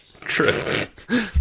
true